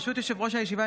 ברשות יושב-ראש הישיבה,